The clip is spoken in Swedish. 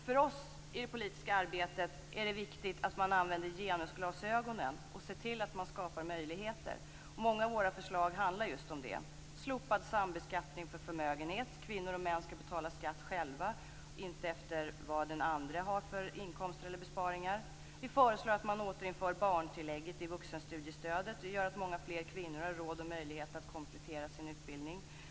För oss är det viktigt att man använder genusglasögonen i det politiska arbetet och ser till att skapa möjligheter. Många av våra förslag handlar just om det. Vi föreslår slopad sambeskattning för förmögenhet. Kvinnor och män skall betala skatt själva, inte efter vad den andre har för inkomster eller besparingar. Vi föreslår att man återinför barntillägget i vuxenstudiestödet. Det gör att många fler kvinnor har råd och möjlighet att komplettera sin utbildning.